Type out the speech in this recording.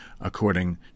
according